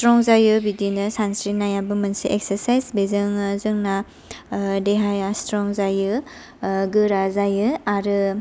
strong जायो बिदिनो सानस्रिनायाबो मोनसे एक्सारसाइज बेजोंनो जोंना देहाया स्ट्रं जायो गोरा जायो आरो